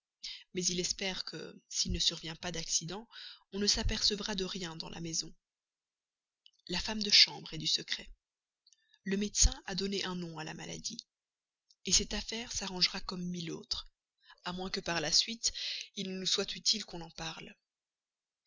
mais il espère que s'il ne survient pas d'autre accident on ne s'apercevra de rien dans la maison la femme de chambre est du secret le médecin a donné un nom à la maladie cette affaire s'arrangera comme mille autres à moins que par la suite il ne nous soit utile qu'on en parle